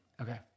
Okay